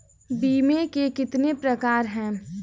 बीमे के कितने प्रकार हैं?